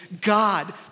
God